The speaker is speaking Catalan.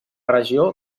regió